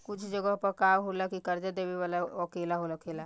कुछ जगह पर का होला की कर्जा देबे वाला अकेला होखेला